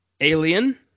Alien